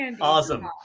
Awesome